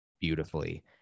beautifully